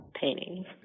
Paintings